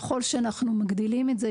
ככל שאנחנו מגדילים את זה,